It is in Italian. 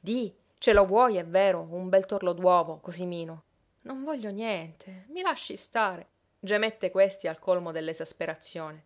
di ce lo vuoi è vero un bel torlo d'uovo cosimino non voglio niente i lasci stare gemette questi al colmo dell'esasperazione